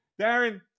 Darren